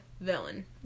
villain